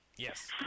Yes